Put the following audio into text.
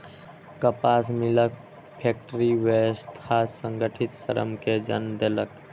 कपास मिलक फैक्टरी व्यवस्था संगठित श्रम कें जन्म देलक